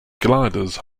gliders